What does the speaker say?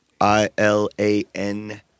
I-L-A-N